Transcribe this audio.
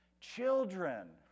Children